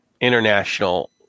international